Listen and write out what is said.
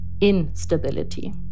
instability